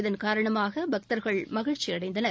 இதன் காரணமாக பக்தர்கள் மகிழ்ச்சியடைந்தனர்